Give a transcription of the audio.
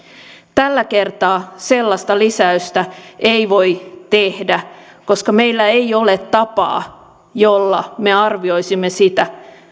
tällä kertaa sellaista lisäystä ei voi tehdä koska meillä ei ole tapaa jolla me arvioisimme sitä